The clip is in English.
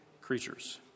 creatures